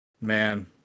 Man